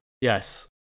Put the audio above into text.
Yes